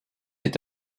est